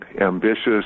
ambitious